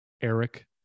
Eric